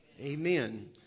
Amen